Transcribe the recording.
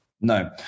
No